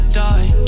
die